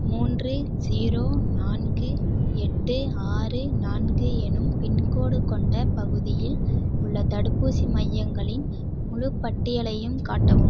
மூன்று ஜீரோ நான்கு எட்டு ஆறு நான்கு எனும் பின்கோடு கொண்ட பகுதியில் உள்ள தடுப்பூசி மையங்களின் முழுப் பட்டியலையும் காட்டவும்